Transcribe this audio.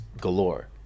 galore